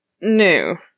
No